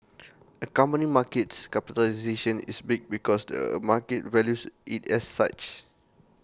A company markets capitalisation is big because the market values IT as such